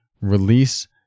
release